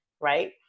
right